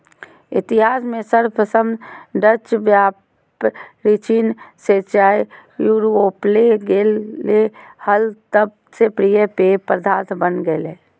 इतिहास में सर्वप्रथम डचव्यापारीचीन से चाययूरोपले गेले हल तब से प्रिय पेय पदार्थ बन गेलय